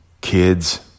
kids